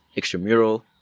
extramural